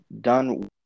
done